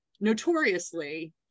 notoriously